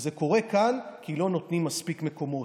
זה קורה כאן כי לא נותנים מספיק מקומות.